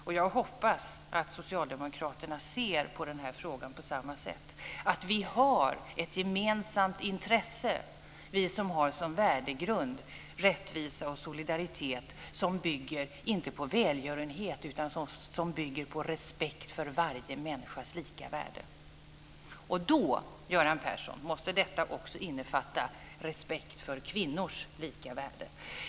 Och jag hoppas att socialdemokraterna ser på den här frågan på samma sätt, att vi som har rättvisa och solidaritet som inte bygger på välgörenhet utan på respekt för varje människas lika värde som värdegrund har ett gemensamt intresse. Då, Göran Persson, måste detta också innefatta respekt för kvinnors lika värde.